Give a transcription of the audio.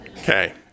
Okay